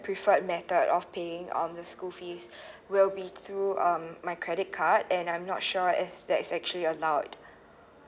preferred method of paying um the school fees will be through um my credit card and I'm not sure if that is actually allowed